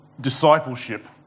discipleship